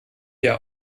dir